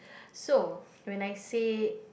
so when I say